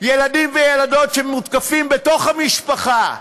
ילדים וילדות שמותקפים בתוך המשפחה.